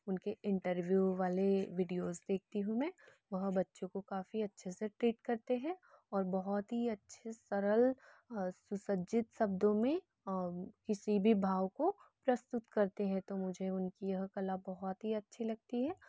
उनके इंटरव्यू वाले विडियोस देखती हूँ मैं वह बच्चों का काफ़ी अच्छे से ट्रीट करते है और बहुत ही अच्छे सरल सुसज्जित शब्दों में किसी भी भाव को प्रस्तुत करते हैं तो मुझे उनकी यह कला बहुत ही अच्छी लगती है